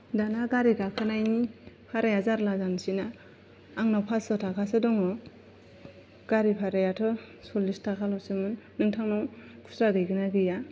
दाना गारि गाखोनायनि भाराया जार्ला जानोसैना आंनाव पासस' ताकासो दङ गारि भारायाथ' सल्लिस ताकाल'सोमोन नोंथांनाव खुस्रा गैखोना गैया